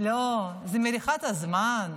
לא, זה מריחת זמן.